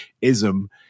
Ism